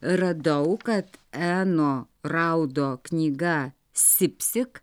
radau kad eno raudo knyga sipsik